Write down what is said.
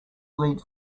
lead